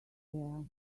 there